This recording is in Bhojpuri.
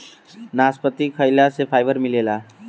नसपति खाइला से फाइबर मिलेला